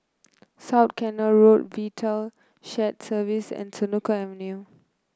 South Canal Road Vital Shared Services and Senoko Avenue